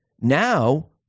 now